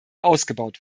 ausgebaut